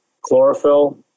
chlorophyll